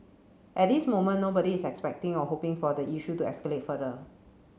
at this moment nobody is expecting or hoping for the issue to escalate further